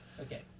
Okay